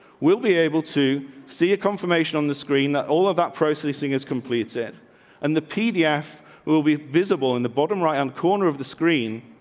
we'll be able to see a confirmation on the screen that all of that processing is complete it and the pdf will be visible in the bottom right hand and corner of the screen,